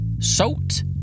Salt